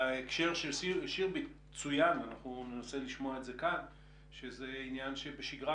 בהקשר של שירביט צוין שזה כמעט עניין שבשגרה,